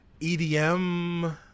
EDM